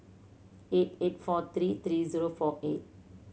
eight eight four three three zero four eight